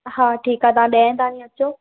हा ठीकु आहे तव्हां ॾहें ताईं अचो